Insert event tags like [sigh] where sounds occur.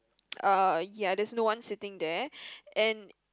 [noise] uh ya there's no one sitting there and